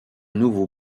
nouveau